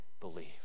believe